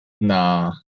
Nah